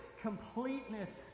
completeness